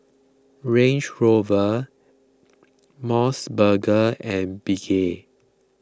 Range Rover Mos Burger and Bengay